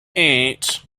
eight